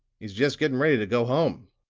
he's just getting ready to go home,